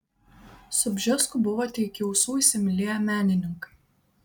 su bžesku buvote iki ausų įsimylėję menininkai